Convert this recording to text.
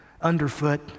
underfoot